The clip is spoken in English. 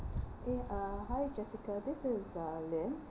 eh uh hi jessica this is uh lynn